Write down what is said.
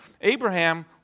Abraham